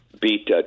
beat